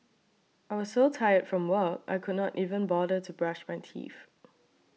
I was so tired from work I could not even bother to brush my teeth